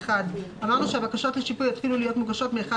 אמרנו שהבקשות לשיפוי יתחילו להיות מוגשות מ-1